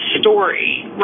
story